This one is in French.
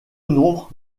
nombre